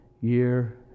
year